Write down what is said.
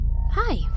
Hi